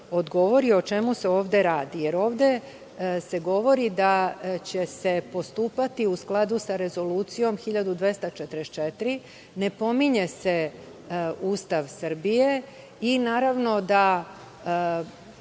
odgovori o čemu se ovde radi, jer ovde se govori da će se postupati u skladu sa Rezolucijom 1244, ne pominje se Ustav Srbije i, naravno,